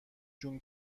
جون